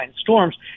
storms